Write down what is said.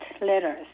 letters